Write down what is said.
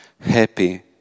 Happy